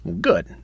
Good